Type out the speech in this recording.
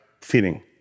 feeding